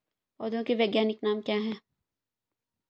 पौधों के वैज्ञानिक नाम क्या हैं?